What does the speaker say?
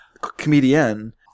comedian